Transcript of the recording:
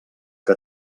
que